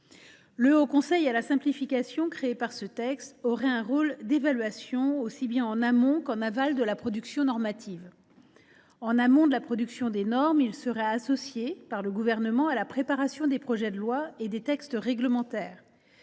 Le haut conseil à la simplification que créerait ce texte aurait un rôle d’évaluation, aussi bien en amont qu’en aval de la production normative. En amont de la production des normes, il serait associé par le Gouvernement à la préparation des projets de loi et des textes réglementaires